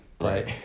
Right